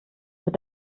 mit